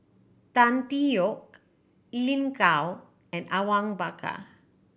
Tan Tee Yoke Lin Gao and Awang Bakar